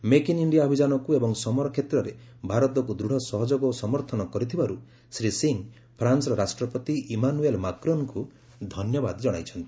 make in India ଅଭିଯାନକୁ ଏବଂ ସମର କ୍ଷେତ୍ରରେ ଭାରତକୁ ଦୃଢ଼ ସହଯୋଗ ଓ ସମର୍ଥନ କରିଥିବାରୁ ଶ୍ରୀ ସିଂହ ଫ୍ରାନ୍ସର ରାଷ୍ଟ୍ରପତି ଇମାନୁଏଲ୍ ମାକ୍ରନ୍ଙ୍କୁ ଧନ୍ୟବାଦ ଜଣାଇଛନ୍ତି